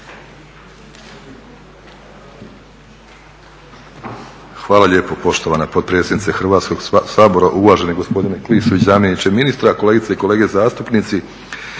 Hvala lijepo poštovana potpredsjednice Hrvatskog sabora, uvaženi gospodine Klisović, zamjeniče ministra, kolegice i kolege zastupnici.